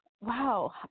Wow